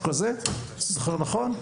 אני זוכר נכון?